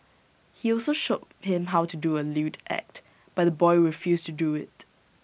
he also showed him how to do A lewd act but the boy refused to do IT